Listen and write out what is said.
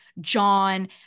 john